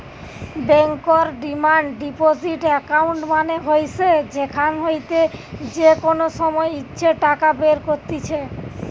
বেঙ্কর demand deposit account মানে হইসে যেখান হইতে যে কোনো সময় ইচ্ছে টাকা বের কত্তিছে